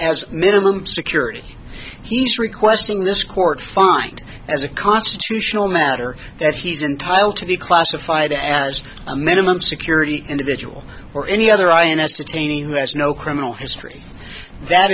as minimum security he's requesting this court find as a constitutional matter that he's entitled to be classified as a minimum security individual or any other ins to taining who has no criminal history that